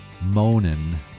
Moaning